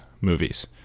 movies